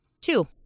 Two